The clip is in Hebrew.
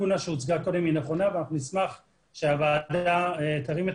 הלקונה שהוצגה קודם היא נכונה ונשמח שהוועדה תרים את